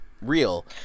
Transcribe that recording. real